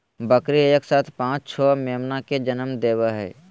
बकरी एक साथ पांच छो मेमना के जनम देवई हई